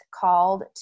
called